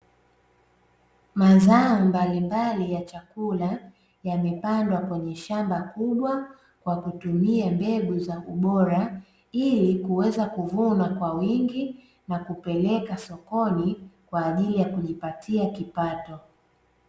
Mazao mbalimbali ya chakula yamepandwa kwenye shamba kubwa kwa kutumia mbegu za ubora, ili kuweza kuvunwa kwa wingi na kupeleka sokoni kwaajili ya kujipatia kipato.